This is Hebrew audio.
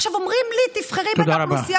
עכשיו אומרים לי: תבחרי בין אוכלוסייה